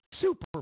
Super